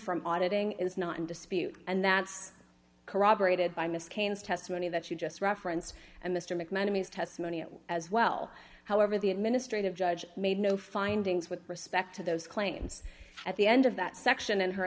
from auditing is not in dispute and that's corroborated by miss cain's testimony that she just referenced and mr mcmahon timmy's testimony as well however the administrative judge made no findings with respect to those claims at the end of that section in her